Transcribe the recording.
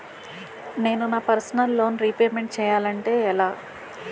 నేను నా personal loan repayment చేయాలంటే ఎలా?